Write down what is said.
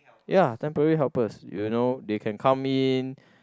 ya temporary helpers you know they can come in